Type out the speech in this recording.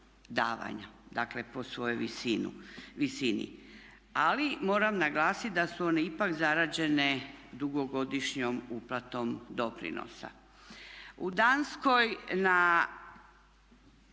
davanja. Dakle , po svojoj visini. Ali moram naglasiti da su one ipak zarađene dugogodišnjom uplatom doprinosa. U Danskoj na